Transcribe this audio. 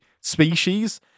species